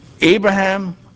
Abraham